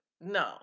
No